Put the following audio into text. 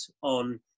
on